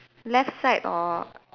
left side or